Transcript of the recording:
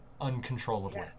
uncontrollably